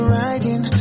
riding